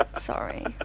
sorry